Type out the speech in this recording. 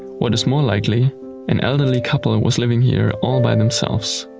what is more likely an elderly couple and was living here all by themselves.